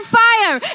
fire